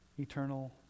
eternal